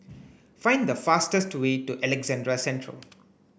find the fastest way to Alexandra Central